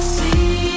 see